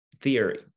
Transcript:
theory